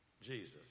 Jesus